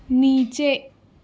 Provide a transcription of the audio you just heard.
نیچے